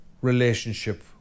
relationship